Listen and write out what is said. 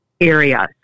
Area